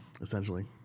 Essentially